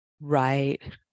right